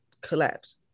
collapse